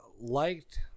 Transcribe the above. liked